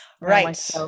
right